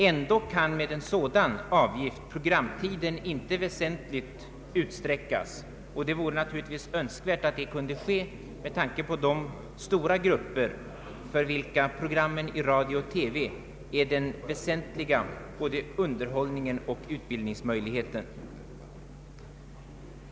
Ändå kan med en sådan avgift programtiden inte väsentligt utsträckas, vilket naturligtvis vore önskvärt med tanke på de stora grupper, för vilka programmen i radio och TV är den väsentliga både underhållningsoch utbildningsmöjligheten.